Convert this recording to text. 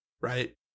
right